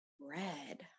Red